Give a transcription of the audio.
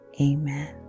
Amen